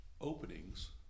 openings